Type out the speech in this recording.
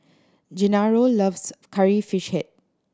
Gennaro loves Curry Fish Head